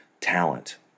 talent